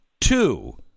Two